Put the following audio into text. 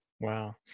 Wow